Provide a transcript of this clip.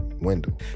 window